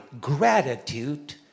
gratitude